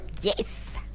Yes